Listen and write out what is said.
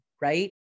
Right